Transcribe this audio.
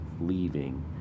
leaving